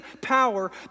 power